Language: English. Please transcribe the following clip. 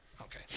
Okay